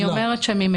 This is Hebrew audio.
שאלה,